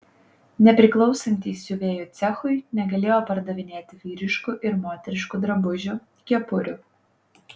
nepriklausantys siuvėjų cechui negalėjo pardavinėti vyriškų ir moteriškų drabužių kepurių